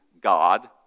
God